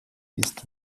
ist